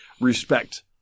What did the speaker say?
respect